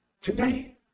today